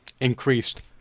Increased